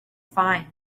find